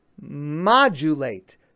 modulate